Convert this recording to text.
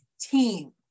Team